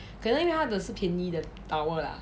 可能因为他的是便宜的 towel lah